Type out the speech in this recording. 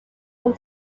from